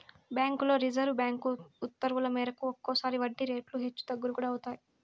బ్యాంకుల్లో reserve bank ఉత్తర్వుల మేరకు ఒక్కోసారి వడ్డీ రేట్లు హెచ్చు తగ్గులు కూడా అవుతాయి